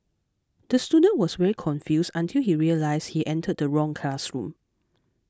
the student was very confused until he realised he entered the wrong classroom